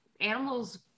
animals